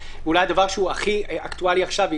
אולי הדבר שהוא הכי אקטואלי עכשיו,